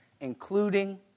including